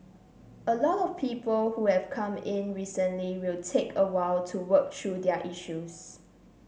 a lot of people who have come in recently will take a while to work through their issues